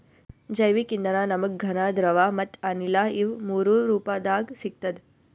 ಜೈವಿಕ್ ಇಂಧನ ನಮ್ಗ್ ಘನ ದ್ರವ ಮತ್ತ್ ಅನಿಲ ಇವ್ ಮೂರೂ ರೂಪದಾಗ್ ಸಿಗ್ತದ್